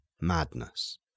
madness